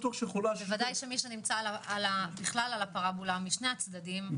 ודאי שמי שנמצא על הפרבולה משני הצדדים,